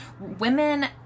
women